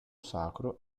sacro